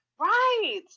right